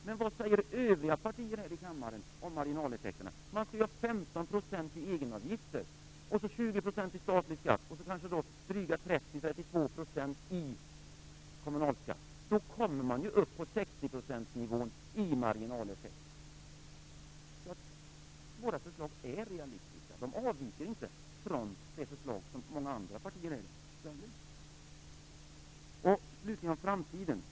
Men vad säger övriga partier här i kammaren om marginaleffekterna? Man skall ju ha 15 % i egenavgifter, 20 % i statlig skatt och kanske dryga 30-32 % i kommunalskatt. Då kommer man ju upp på 60 % nivån i marginaleffekt. Våra förslag är realistiska. De avviker inte från det förslag som många andra partier här ställer sig bakom. Slutligen skall jag tala om framtiden.